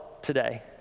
today